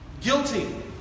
guilty